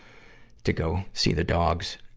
to go see the dogs.